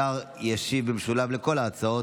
השר ישיב במשולב על כל ההצעות.